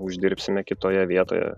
uždirbsime kitoje vietoje